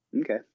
Okay